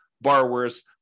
borrowers